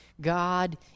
God